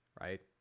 right